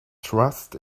trust